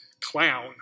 clown